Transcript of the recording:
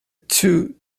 two